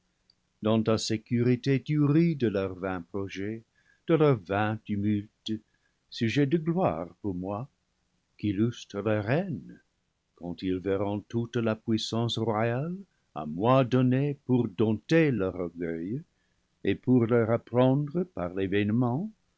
dans ta sécurité tu ris de leurs vains projets de leurs vains tumultes sujet de gloire pour moi qu'illustre leur haine quand ils verront toute la puissance royale à moi donnée pour dompter leur orgueil et pour leur apprendre par l'événement